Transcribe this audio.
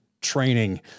training